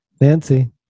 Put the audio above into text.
Nancy